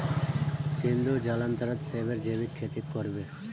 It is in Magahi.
सिद्धू जालंधरत सेबेर जैविक खेती कर बे